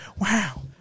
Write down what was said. Wow